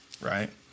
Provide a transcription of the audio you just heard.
right